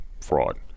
fraud